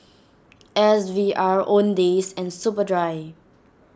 S V R Owndays and Superdry